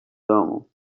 domu